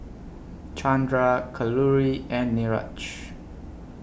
Chandra Kalluri and Niraj